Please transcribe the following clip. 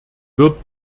wird